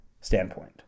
standpoint